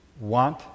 want